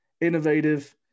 innovative